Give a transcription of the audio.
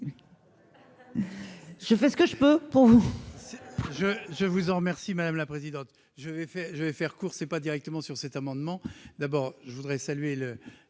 Je fais ce que je peux pour vous.